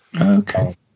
Okay